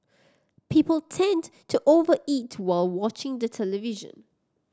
people tend to over eat while watching the television